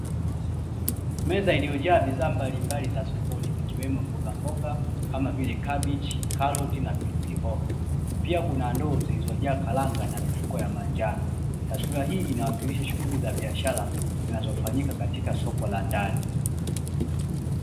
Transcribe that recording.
Meza iliyojaa bidhaa mbalimbali za sokoni, zikiwemo mbogamboga kama vile kabichi karoti na pilipilihoho pia kuna ndoa zilizojaa karanga na mifuko ya manjano, taswira hii inawakilisha shughuli za biashara zinazofanyika katika soko la ndani